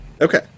Okay